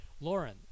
Lauren